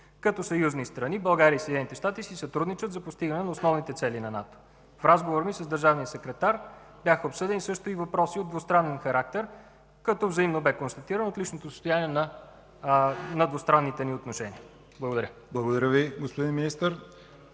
Като съюзни страни България и Съединените щати си сътрудничат за постигане на основните цели на НАТО. В разговора ми с държавния секретар бяха обсъдени също и въпроси от двустранен характер, като взаимно бе констатирано отличното състояние на двустранните ни отношения. Благодаря. ПРЕДСЕДАТЕЛ ЯВОР ХАЙТОВ: